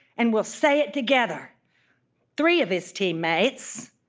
and we'll say it together three of his teammates,